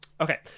okay